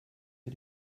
für